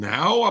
Now